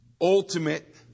ultimate